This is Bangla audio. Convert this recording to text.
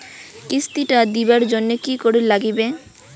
কিস্তি টা দিবার জন্যে কি করির লাগিবে?